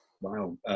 wow